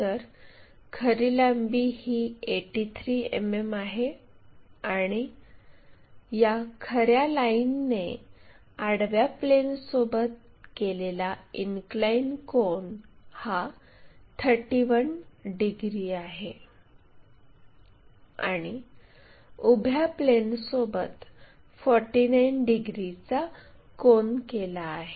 तर खरी लांबी ही 83 मिमी आहे आणि या खऱ्या लाईनने आडव्या प्लेनसोबत केलेला इनक्लाइन कोन हा 31 डिग्री आहे आणि उभ्या प्लेनसोबत 49 डिग्रीचा कोन केला आहे